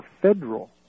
federal